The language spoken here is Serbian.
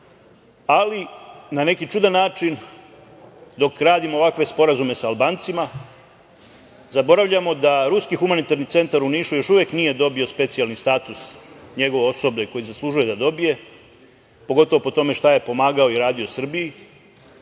ali na neki čudan način, dok radimo ovakve sporazume sa Albancima, zaboravljamo da Ruski humanitarni centar u Nišu još uvek nije dobio specijalni status, njegovo osoblje koje zaslužuje da dobije, pogotovo po tome šta je pomagao i radio po Srbiji,